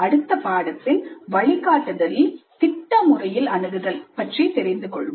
அடுத்த பாடத்தில் வழிகாட்டுதலில் திட்ட முறையில் அணுகுதல் பற்றி தெரிந்து கொள்வோம்